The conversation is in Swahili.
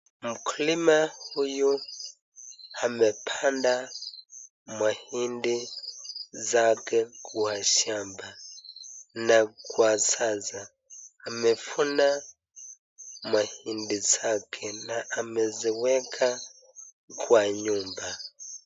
Mkulima huyu amepanda mahindi zake kwa shamba na kwa sasa amevuna mahindi zake na ameziweka kwa nyumba.